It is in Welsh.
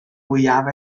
mwyaf